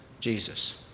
Jesus